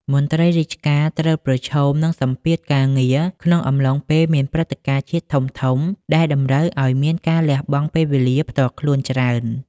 មន្ត្រីរាជការត្រូវប្រឈមនឹងសម្ពាធការងារក្នុងកំឡុងពេលមានព្រឹត្តិការណ៍ជាតិធំៗ ដែលតម្រូវឱ្យមានការលះបង់ពេលវេលាផ្ទាល់ខ្លួនច្រើន។